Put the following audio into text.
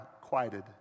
quieted